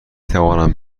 توانم